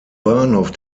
bahnhof